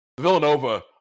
villanova